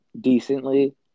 decently